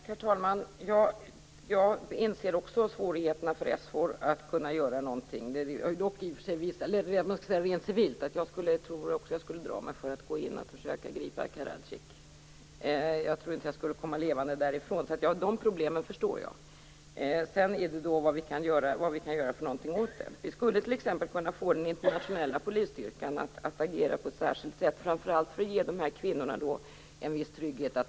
Herr talman! Jag inser också svårigheterna för SFOR att kunna göra någonting. Det är förstås också svårt rent civilt - jag tror också att jag skulle dra mig för att gå in och försöka gripa Karadzic. Jag tror inte att jag skulle komma levande därifrån. De problemen förstår jag. Sedan gäller det vad vi kan göra åt dem. Vi skulle t.ex. kunna få den internationella polisstyrkan att agera på ett särskilt sätt, framför allt för att ge de här kvinnorna en viss trygghet.